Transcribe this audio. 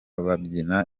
babyina